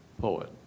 poet